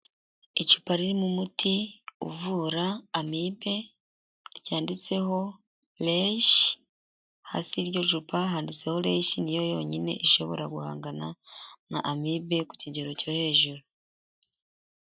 Icupa ririmo umuti uvura amibe ryanditseho Rieshi hasi y'iryo cupa handitseho Reshi. Ni yo yonyine ishobora guhangana na amibe ku kigero cyo hejuru.